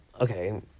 okay